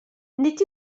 nid